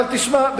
אבל תשמע,